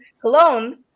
Cologne